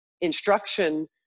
instruction